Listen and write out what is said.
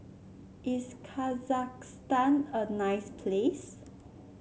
is Kazakhstan a nice place